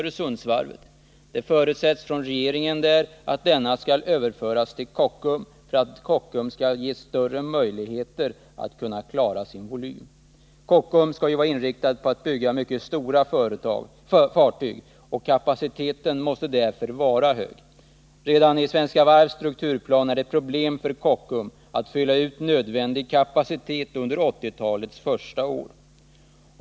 Regeringen menar att denna verksamhet skall överföras till Kockums för att Kockums skall ges större möjligheter att klara sin volym. Kockums skall ju vara inriktat på att bygga mycket stora fartyg. Kapaciteten måste därför vara hög. Redan i Svenska Varvs strukturplan är det problem för Kockums att fylla ut nödvändig kapacitet under 1980-talets första år.